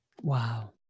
Wow